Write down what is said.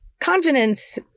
confidence